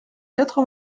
quatre